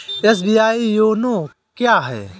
SBI YONO क्या है?